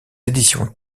éditions